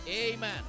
Amen